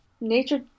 nature